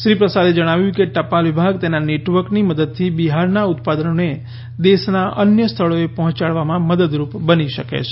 શ્રી પ્રસાદે જણાવ્યું કે ટપાલ વિભાગ તેના નેટવર્કની મદદથી બિહારના ઉત્પાદનોને દેશના અન્ય સ્થળોએ પહોંચાડવામાં મદદરૂપ બની શકે છે